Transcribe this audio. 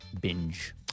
binge